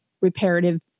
reparative